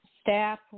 staff